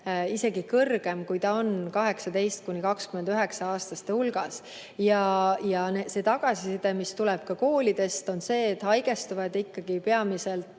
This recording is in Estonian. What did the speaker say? isegi kõrgem, kui ta on 18–29‑aastaste hulgas. Tagasiside, mis tuleb koolidest, on see, et haigestuvad ikkagi peamiselt